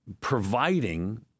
providing